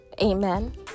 Amen